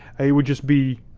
they would just be,